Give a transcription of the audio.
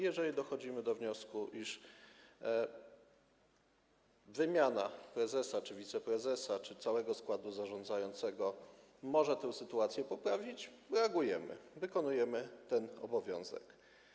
Jeżeli dochodzimy do wniosku, iż wymiana prezesa, wiceprezesa czy całego składu zarządzającego może tę sytuację poprawić, reagujemy, wykonujemy ten obowiązek.